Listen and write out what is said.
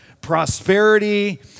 prosperity